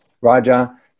Raja